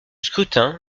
scrutin